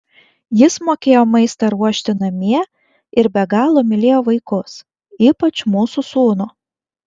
jis mokėjo maistą ruošti namie ir be galo mylėjo vaikus ypač mūsų sūnų